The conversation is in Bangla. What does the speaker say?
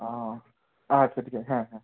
ও আচ্ছা আচ্ছা হ্যাঁ হ্যাঁ